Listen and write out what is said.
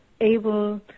able